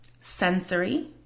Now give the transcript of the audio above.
sensory